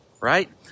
right